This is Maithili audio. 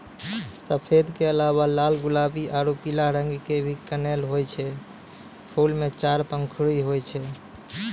सफेद के अलावा लाल गुलाबी आरो पीला रंग के भी कनेल होय छै, फूल मॅ चार पंखुड़ी होय छै